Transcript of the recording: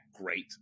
great